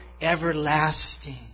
everlasting